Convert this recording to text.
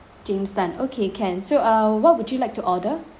james tan okay can so uh what would you like to order